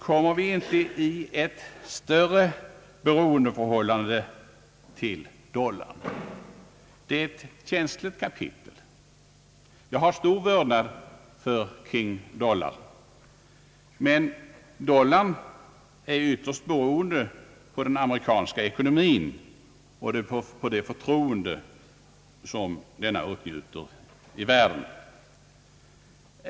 Kom mer vi inte i ett starkare beroendeförhållande till dollarn? Det är ett känsligt kapitel. Jag hyser stor vördnad för »King Dollar», men dollarn är ytterst beroende av den amerikanska ekonomin och på det förtroende som denna åtnjuter ute i världen.